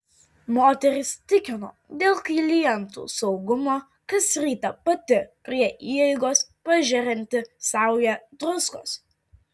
moteris tikino dėl klientų saugumo kas rytą pati prie įeigos pažerianti saują druskos